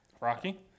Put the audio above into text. Rocky